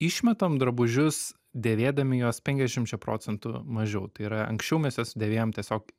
išmetam drabužius dėvėdami juos penkiasdešimčia procentų mažiau tai yra anksčiau mes juos dėvėjom tiesiog